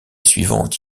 suivante